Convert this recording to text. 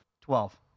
Twelve